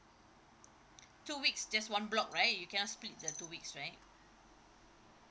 two weeks just one block right you cannot split the two weeks right